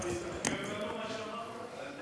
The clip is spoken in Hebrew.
תתרגם לנו מה שאמרת?